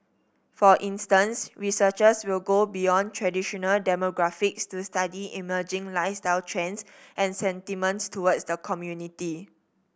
for instance researchers will go beyond traditional demographics to study emerging lifestyle trends and sentiments towards the community